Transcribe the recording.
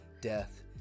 death